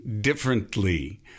differently